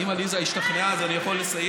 אם עליזה השתכנעה, אז אני יכול לסיים.